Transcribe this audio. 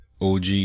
OG